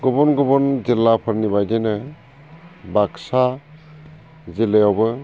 गुबुन गुबुन जिल्लाफोरनि बायदिनो बाकसा जिल्लायावबो